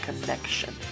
connection